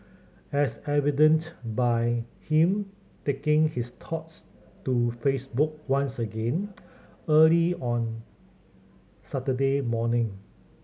as evident by him taking his thoughts to Facebook once again early on Saturday morning